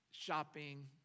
Shopping